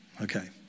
okay